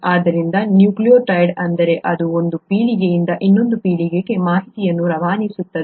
ಆದ್ದರಿಂದ ನ್ಯೂಕ್ಲಿಯೊಟೈಡ್ ಎಂದರೆ ಅದು ಒಂದು ಪೀಳಿಗೆಯಿಂದ ಇನ್ನೊಂದು ಪೀಳಿಗೆಗೆ ಮಾಹಿತಿಯನ್ನು ರವಾನಿಸುತ್ತದೆ